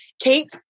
Kate